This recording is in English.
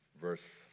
verse